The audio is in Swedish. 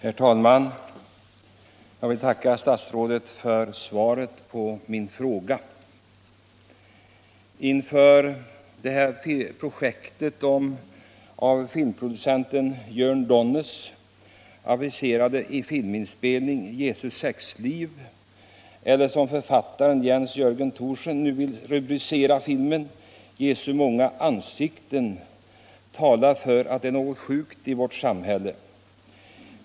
Herr talman! Jag vill tacka statsrådet för svaret på min fråga. Filmproducenten Jörn Donners aviserade filminspelning om Jesu sexliv — eller som författaren Jens Jörgen Thorsen nu vill rubricera filmen: Jesu många ansikten — talar för att det är något sjukt i vårt samhälle.